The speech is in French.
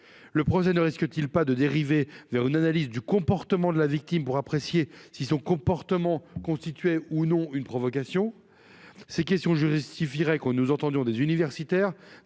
Le procès ne risque-t-il pas de dériver vers une analyse du comportement de la victime, pour apprécier si celui-ci constituait ou non une provocation ? Ces questions justifieraient que nous entendions des universitaires